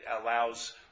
allows